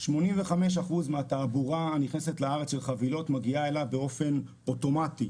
85 אחוזים מהתעבורה הנכנסת לארץ של חבילות מגיעה אליו באופן אוטומטי.